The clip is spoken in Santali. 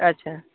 ᱟᱪᱪᱷᱟ